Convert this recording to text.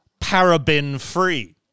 paraben-free